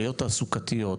עליות תעסוקתיות,